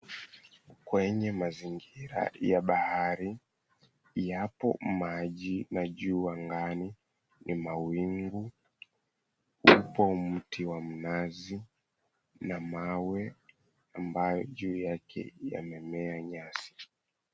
Kwenye mazingira ya bahari, yapo maji, na juu angani ni mawingu. Upo mti wa mnazi na mawe ambayo juu yake yamemea nyasi.